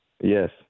Yes